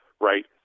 right